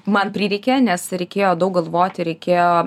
man prireikė nes reikėjo daug galvoti reikėjo